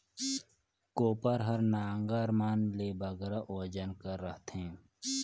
कोपर हर नांगर मन ले बगरा ओजन कर रहथे